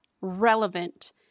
relevant